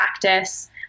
practice